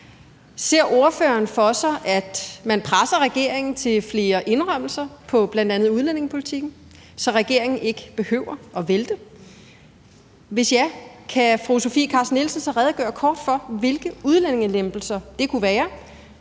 Ser ordføreren for sig, at man vil presse regeringen til flere indrømmelser på bl.a. udlændingepolitikken, så regeringen ikke behøver blive væltet? Hvis ja, kan fru Sofie Carsten Nielsen så redegøre kort for, hvilke udlændingelempelser det kunne være?